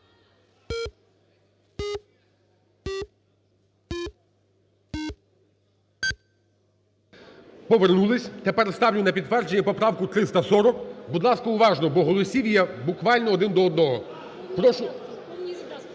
Повернулись. Тепер ставлю на підтвердження поправку 340. Будь ласка, уважно, бо голосів є буквально один до одного. Прошу